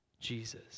Jesus